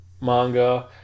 Manga